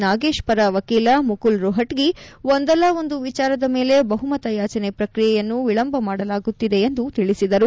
ನಾಗೇಶ್ ಪರ ವಕೀಲ ಮುಕುಲ್ ರೋಹಟಗಿ ಒಂದಲ್ಲಾ ಒಂದು ವಿಚಾರದ ಮೇಲೆ ಬಹುಮತ ಯಾಚನೆ ಪ್ರಕ್ರಿಯೆಯನ್ನು ವಿಳಂಬ ಮಾಡಲಾಗುತ್ತಿದೆ ಎಂದು ತಿಳಿಸಿದರು